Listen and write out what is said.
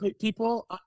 people